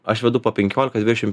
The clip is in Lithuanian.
aš vedu po penkiolika dvidešim